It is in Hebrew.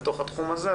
לתוך התחום הזה,